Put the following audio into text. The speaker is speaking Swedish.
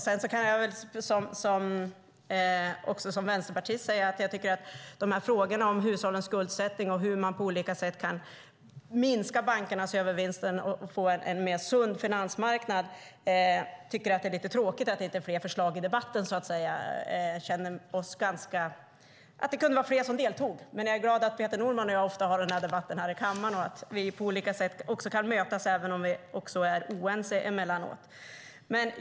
Sedan kan jag också som vänsterpartist säga att jag tycker att det är tråkigt att det inte kommer fram fler förslag i debatten om frågorna om hushållens skuldsättning och hur man på olika sätt kan minska bankernas övervinster och få en mer sund finansmarknad. Det kunde vara fler som deltar. Men jag är glad att Peter Norman och jag ofta debatterar i kammaren och att vi på olika sätt kan mötas, även om vi också är oense emellanåt.